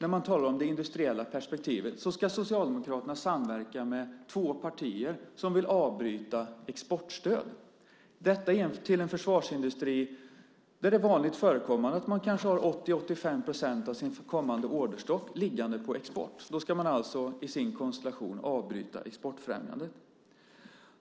När man talar om det industriella perspektivet ska Socialdemokraterna samverka med två partier som vill avbryta exportstöd till en försvarsindustri där det är vanligt att man har 80-85 procent av sin kommande orderstock liggande på export. I sin konstellation ska man alltså avbryta exportfrämjandet.